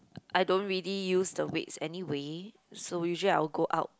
I don't really use the weights anyway so usually I will go out